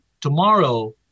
tomorrow